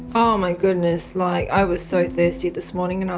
oh my goodness, like i was so thirsty this morning. you know